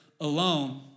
alone